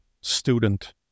student